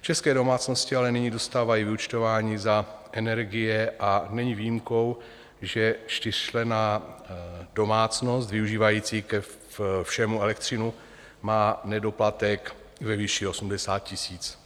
České domácnosti ale nyní dostávají vyúčtování za energie a není výjimkou, že čtyřčlenná domácnost využívající ke všemu elektřinu má nedoplatek ve výši 80 000.